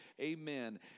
Amen